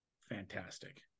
fantastic